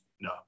No